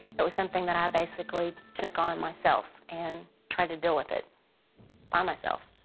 it was something that i basically took on myself and tried to deal with it by myself.